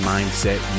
Mindset